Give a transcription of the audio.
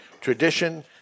tradition